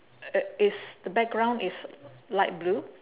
uh is the background is light blue